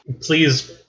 Please